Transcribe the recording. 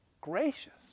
gracious